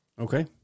Okay